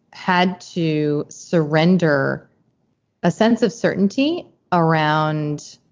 had to surrender a sense of certainty around